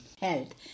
health